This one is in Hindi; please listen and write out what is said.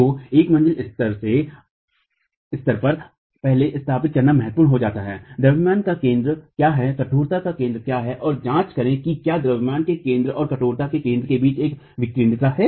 तो एक मंजिला के स्तर पर पहले स्थापित करना महत्वपूर्ण हो जाता है द्रव्यमान का केंद्र क्या है कठोरता का केंद्र क्या है और जांच करें कि क्या द्रव्यमान के केंद्र और कठोरता के केंद्र के बीच एक विकेंद्रिता है